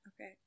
Okay